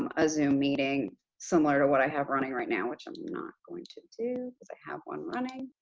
um a zoom meeting similar to what i have running right now, which i'm not going to do, because i have one running.